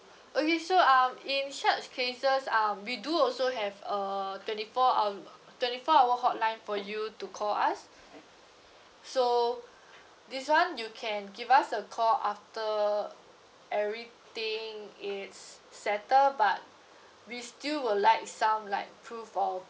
okay so um in such cases um we do also have a twenty four ho~ twenty four hour hotline for you to call us so this one you can give us a call after everything is settled but we still will like some like proof or